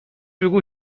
بگو